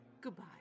Goodbye